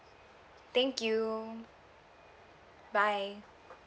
thank you bye